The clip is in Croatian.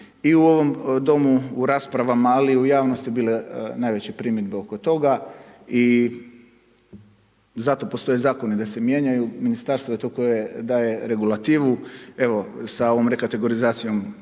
i u ovom domu u raspravama, ali i u javnosti bile najveće primjedbe oko toga. I zato postoje zakoni da se mijenjaju. Ministarstvo je to koje daje regulativu. Evo sa ovom rekategorizacijom